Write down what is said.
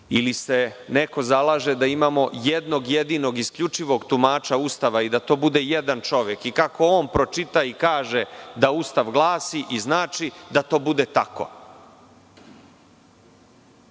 ili se neko zalaže da imamo jednog jedinog isključivog tumača Ustava i da to bude jedan čovek i kako on pročita i kaže da Ustav glasi i znači da to bude tako.